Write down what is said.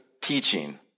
teaching